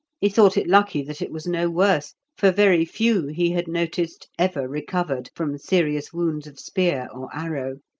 he thought it lucky that it was no worse, for very few, he had noticed, ever recovered from serious wounds of spear or arrow.